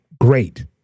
Great